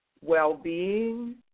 well-being